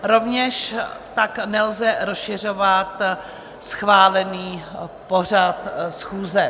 Rovněž tak nelze rozšiřovat schválený pořad schůze.